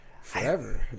forever